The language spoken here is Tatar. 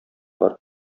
бар